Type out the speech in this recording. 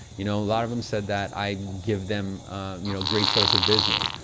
you know, a lot of them said that i give them you know great source of business.